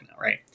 Right